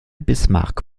bismarck